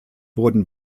wurden